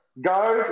Guys